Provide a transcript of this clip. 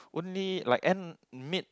only like end mid